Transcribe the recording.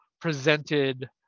presented